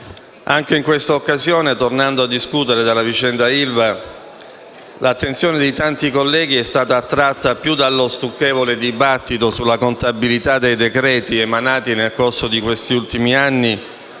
anche in questa occasione, tornando a discutere della vicenda ILVA, l'attenzione di tanti colleghi è stata attratta più dallo stucchevole dibattito sulla contabilità dei decreti-legge emanati nel corso di questi ultimi anni